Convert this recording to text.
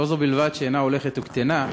לא זו בלבד שאינה הולכת וקטנה,